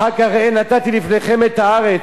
אחר כך "נתתי לפניכם את הארץ".